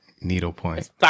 Needlepoint